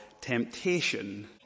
temptation